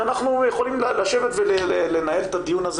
שאנחנו יכולים לשבת ולנהל את הדיון הזה